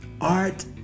Art